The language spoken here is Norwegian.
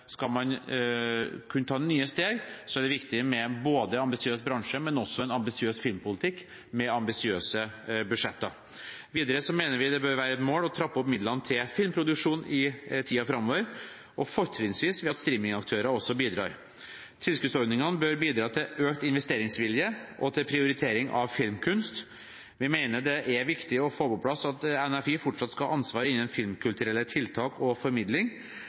skal man kunne ta nye steg, er det viktig med en ambisiøs bransje, men også en ambisiøs filmpolitikk, med ambisiøse budsjetter. Videre mener vi det bør være et mål å trappe opp midlene til filmproduksjon i tiden framover, fortrinnsvis ved at «streaming»-aktører også bidrar. Tilskuddsordningene bør bidra til økt investeringsvilje og til prioritering av filmkunst. Vi mener det er viktig å få på plass at NFI fortsatt skal ha ansvar innen filmkulturelle tiltak og formidling,